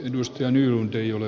edustaja nylund ei ole